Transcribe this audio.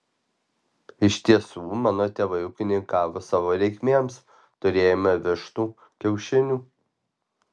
iš tiesų mano tėvai ūkininkavo savo reikmėms turėjome vištų kiaušinių